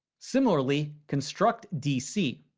similarly, construct dc.